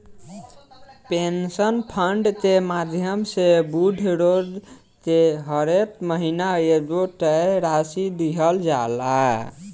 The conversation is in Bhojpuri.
पेंशन फंड के माध्यम से बूढ़ लोग के हरेक महीना एगो तय राशि दीहल जाला